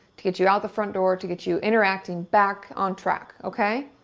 to get you out the front door, to get you interacting back on track, okay?